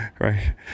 right